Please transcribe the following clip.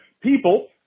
people